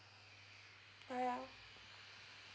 oh ya